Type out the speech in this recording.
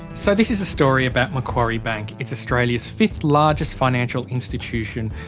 so this is a story about macquarie bank. it's australia's fifth largest financial institution.